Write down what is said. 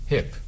Hip